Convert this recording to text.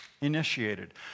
initiated